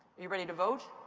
are you ready to vote?